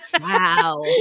Wow